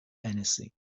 anything